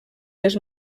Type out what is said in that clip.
les